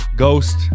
ghost